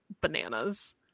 bananas